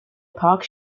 park